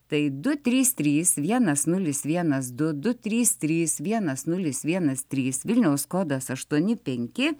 tai du trys trys vienas nulis vienas du du trys trys vienas nulis vienas trys vilniaus kodas aštuoni penki